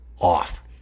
off